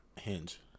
Hinge